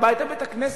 הבית בית-הכנסת.